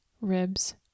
ribs